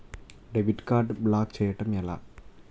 Debit card block చేయటం ఎలా?